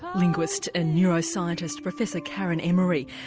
linguist and neuroscientist professor karen emmorey.